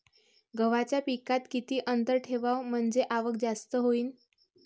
गव्हाच्या पिकात किती अंतर ठेवाव म्हनजे आवक जास्त होईन?